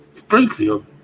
Springfield